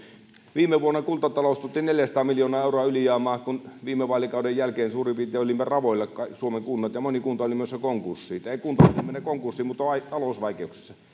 viime vuonna kuntatalous tuotti neljäsataa miljoonaa euroa ylijäämää kun viime vaalikauden jälkeen suurin piirtein suomen kunnat olivat ravoilla ja moni kunta oli menossa konkurssiin tai ei kunta voi mennä konkurssiin mutta talousvaikeuksissa